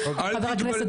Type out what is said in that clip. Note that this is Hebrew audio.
חבר הכנסת כץ.